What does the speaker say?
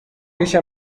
ریش